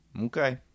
Okay